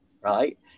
Right